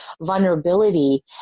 vulnerability